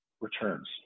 returns